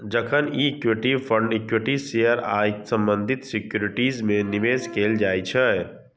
जखन कि equity fund equity share आ संबंधित सिक्योरिटीज मे निवेश कैल जाइ छै